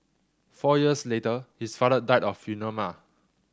four years later his father died of